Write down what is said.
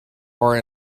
are